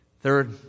Third